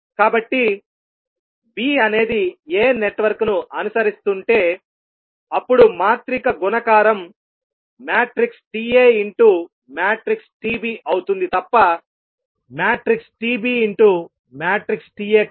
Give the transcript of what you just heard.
కాబట్టి b అనేది a నెట్వర్క్ను అనుసరిస్తుంటే అప్పుడు మాత్రిక గుణకారం TaTbఅవుతుంది తప్పTbTaకాదు